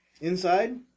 Inside